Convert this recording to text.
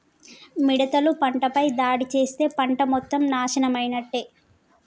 మిడతలు పంటపై దాడి చేస్తే పంట మొత్తం నాశనమైనట్టే